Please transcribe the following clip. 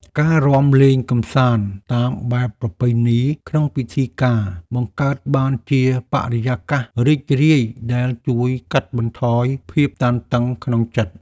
ការរាំលេងកម្សាន្តតាមបែបប្រពៃណីក្នុងពិធីការ បង្កើតបានជាបរិយាកាសរីករាយដែលជួយកាត់បន្ថយភាពតានតឹងក្នុងចិត្ត។